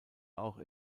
auch